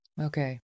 okay